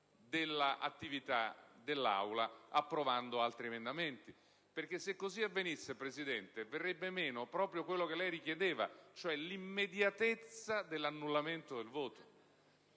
dell'attività dell'Aula, con la votazione di altri emendamenti. Se così avvenisse, signor Presidente, verrebbe meno proprio quello che lei richiamava, cioè l'immediatezza dell'annullamento del voto.